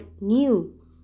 new